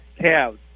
calves